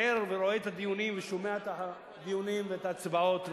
ער ורואה את הדיונים ושומע את הדיונים ואת ההצבעות,